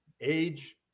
Age